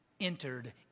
entered